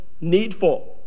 needful